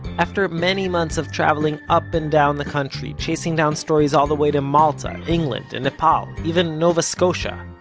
after many months of travelling up and down the country, chasing down stories all the way to malta, england and nepal, even nova scotia,